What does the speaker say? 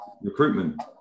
recruitment